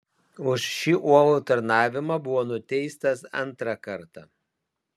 už šį uolų tarnavimą buvo nuteistas antrą kartą